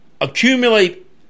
accumulate